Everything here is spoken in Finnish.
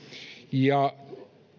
ja